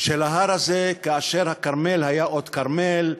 של ההר הזה, כאשר הכרמל היה עוד כרמל,